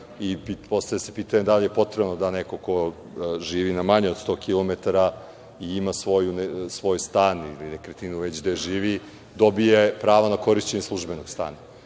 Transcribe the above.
Postavlja se pitanje da li je potrebno da neko ko živi na manje od 100 kilometara i ima svoj stan ili nekretninu, već gde živi, dobije pravo na korišćenje službenog